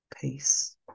peace